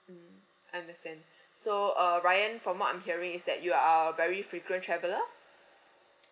understand so uh ryan from what I'm hearing is that you are very frequent traveller